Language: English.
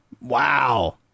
Wow